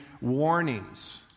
warnings